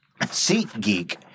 SeatGeek